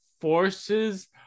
forces